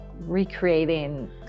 recreating